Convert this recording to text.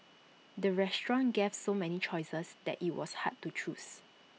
the restaurant gave so many choices that IT was hard to choose